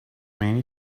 many